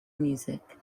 music